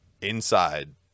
inside